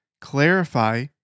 clarify